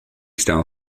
style